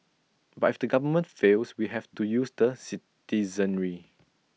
but if the government fails we have to use the citizenry